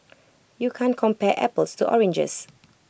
you can't compare apples to oranges